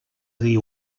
dir